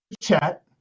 chat